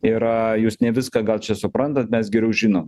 yra jūs ne viską gal čia suprantat mes geriau žinom